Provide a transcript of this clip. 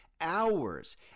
hours